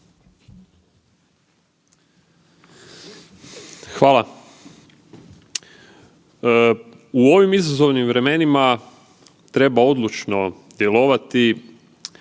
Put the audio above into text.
Hvala. U ovim izazovnim vremenima treba odlučno djelovati